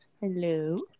Hello